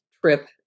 trip